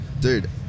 dude